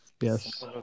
yes